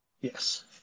Yes